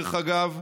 דרך אגב,